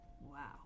Wow